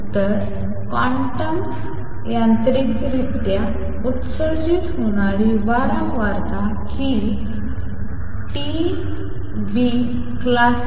तर क्वांटम यांत्रिकरित्या उत्सर्जित होणारी वारंवारता ही classical